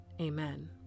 Amen